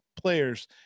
players